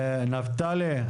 נפתלי,